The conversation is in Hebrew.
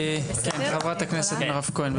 חברת הכנסת מירב כהן,